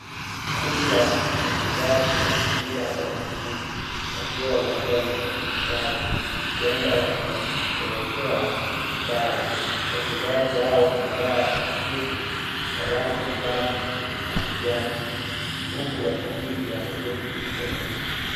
Kundi la wachezaji wa mpira wa mguu wakiwa uwanjani wakifurahi. Huenda wamesherehekea bao. Wachezaji hawa wamevaa jezi ya rangi ya njano na kijani, huku washabiki wameketi huko nyuma.